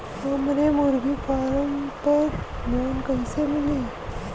हमरे मुर्गी फार्म पर लोन कइसे मिली?